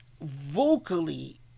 vocally